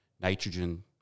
nitrogen